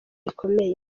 bikomeye